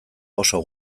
oso